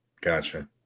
Gotcha